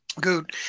Good